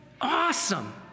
Awesome